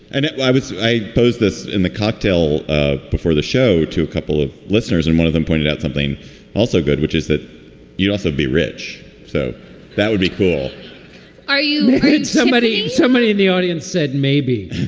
and why would i pose this in the cocktail ah before the show to a couple of listeners and one of them pointed out something also good, which is that you'd also be rich so that would be cool are you somebody somebody in the audience said maybe